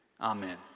Amen